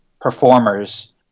performers